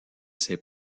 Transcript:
ses